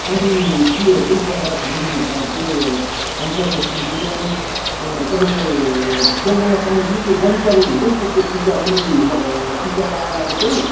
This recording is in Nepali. अनि त्योहरू पनि पकाएर खाने त्यो खान्छ त्यस दिन चाहिँ अनि तपाईँको जङ्गलमा पाइने जुन चाहिँ वनतरुल हुन्छ नि त्यसको टिका पनि लगा टिका लगाएर चाहिँ